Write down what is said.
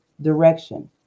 direction